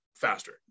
faster